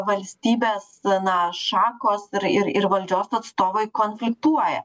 valstybės na šakos ir ir ir valdžios atstovai konfliktuoja